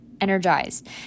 energized